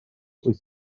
wyt